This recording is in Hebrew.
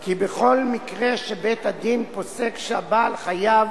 כי בכל מקרה שבית-הדין פוסק שהבעל חייב